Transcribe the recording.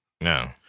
no